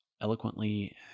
eloquently